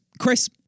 Chris